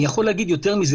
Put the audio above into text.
אני יכול להגיד יותר מזה,